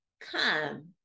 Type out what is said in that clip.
come